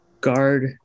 guard